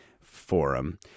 forum